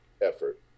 effort